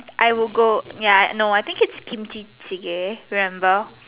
I would go ya no I think it's Kimchi remember